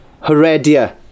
Heredia